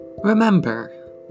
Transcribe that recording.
Remember